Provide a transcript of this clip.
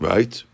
Right